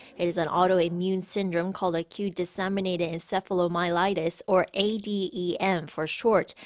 it is an autoimmune syndrome called acute disseminated encephalomyelitis or a d e m for short,